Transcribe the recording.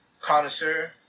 connoisseur